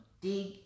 dig